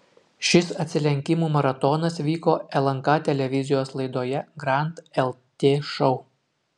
šis atsilenkimų maratonas vyko lnk televizijos laidoje grand lt šou